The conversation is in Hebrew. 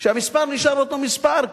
רק שהמספר נשאר אותו מספר,